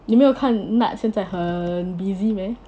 你没有看 nad 现在很 busy meh